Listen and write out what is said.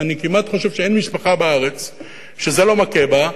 ואני כמעט חושב שאין משפחה בארץ שזה לא מכה בה,